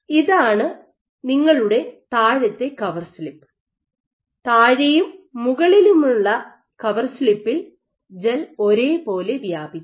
ഇതാണ് നിങ്ങളുടെ താഴത്തെ കവർ സ്ലിപ്പ് താഴെയും മുകളിലുമുള്ള കവർ സ്ലിപ്പിൽ ജെൽ ഒരേപോലെ വ്യാപിക്കുന്നു